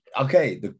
okay